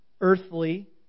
earthly